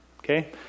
Okay